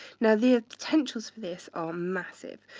now, the potentials for this are massive,